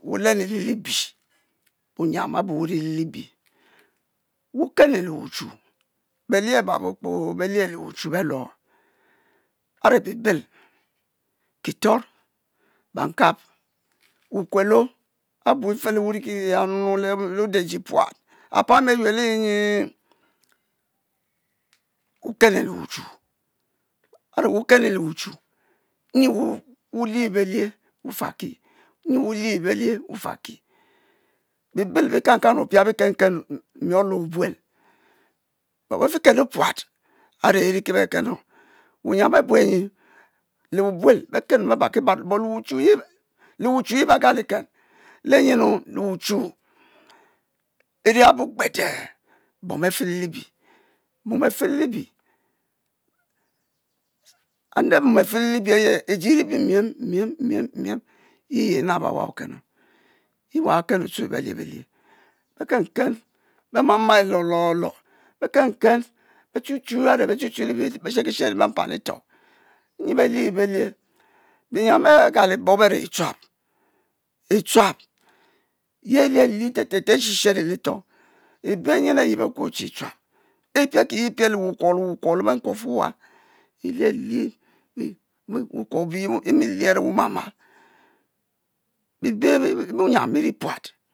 Wu’ lenu lelibie, wu’ nyiam a'bu wu'ri le'libie, wu’ keno le wu'chu belie ababo kpoo be-lie le'wuchu be'luo a're be'bel, ketor bankap, wukuelo a'bu e'fele wu'ri kiri ya nu le odajie puat apami a'yuelo enyii wu’ keno le wuchu a're wu-kenu le wuchu nyi wulie belie wufakii nyi wulie belie wufaki bibel be'kankan o'pia bikenu mion le’ obuel but befi kenu puat dre e'ri ke bekenu, wuinyiam abue nyi le’ o'buel be kenu be baki baro, but le’ wuchu, wochuyi be galiken lenyinu? le wuchu e'ri abo gbede bom befe le’ libie, mum a'fe le li bie ende mum a'fe lélibie a'yee iji e ri miem miem miem miem!!! yi yi inabo awa o’ kenu yi wa be'kenu tchue belia belie, bèkeu'ken be'ma ma e lor lor lor!!! bè ken ken be’ chuchu a're be chu chu a're be she’ kishero le mpan e'toh nyi belie belie, bi nyiam agalibob a're echuap echuap ye elie-lie lete’ le e'she shero le’ etoh, ebeh nyin ayi be suo che echuap epiel kiye piel le’ wukuo le’ wukuo le'benkuofu ewa ili elie eh wukuo obuyie a're wu’ ma'mal, be'beh wu'nyiam wu'ru puat